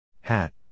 Hat